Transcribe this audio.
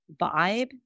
vibe